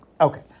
Okay